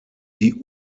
die